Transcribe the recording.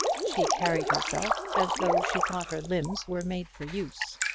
she carried herself as though she thought her limbs were made for use,